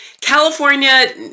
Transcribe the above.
California